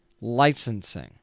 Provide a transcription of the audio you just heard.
licensing